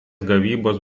gavybos